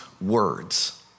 words